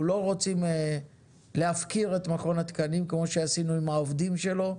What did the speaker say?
אנחנו לא רוצים להפקיר את מכון התקנים כמו שעשינו עם העובדים שלו.